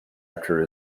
after